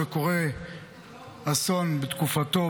וקורה אסון בתקופתו,